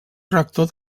rector